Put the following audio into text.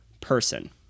person